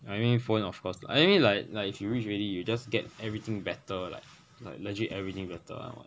I mean phone of course I mean like like if you rich already you just get everything better like like legit everything better ah